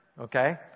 okay